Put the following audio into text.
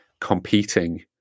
competing